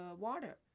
water